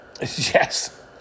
Yes